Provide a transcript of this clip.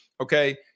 okay